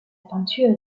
peinture